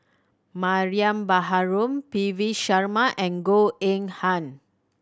Mariam Baharom P V Sharma and Goh Eng Han